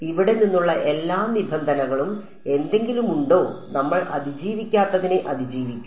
ഇവിടെ നിന്നുള്ള എല്ലാ നിബന്ധനകളും എന്തെങ്കിലുമുണ്ടോ നമ്മൾ അതിജീവിക്കാത്തതിനെ അതിജീവിക്കും